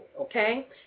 okay